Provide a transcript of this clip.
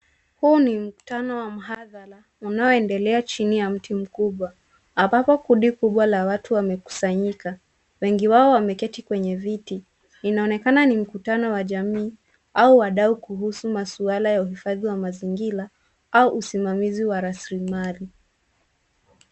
Huu ni mkutano wa muhadhara, unaoendelea chini ya mti mkubwa. Ambapo kundi kubwa la watu limekusanyika. Wengi wao wameketi kwenye viti. Inaonekana ni mkutano wa jamii au wadau kuhusu masuala ya uhifadhi wa mazingira au usimamizi wa raslimali.